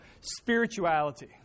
spirituality